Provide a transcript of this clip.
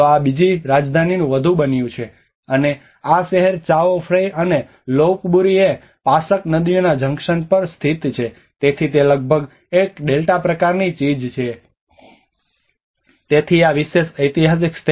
તો આ બીજી રાજધાનીનું વધુ બન્યું છે અને આ શહેર ચાઓ ફ્રેય અને લોપબૂરી અને પાસક નદીઓના જંકશન પર સ્થિત છે તેથી તે લગભગ એક ડેલ્ટા પ્રકારની ચીજ છે